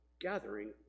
gathering